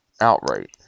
outright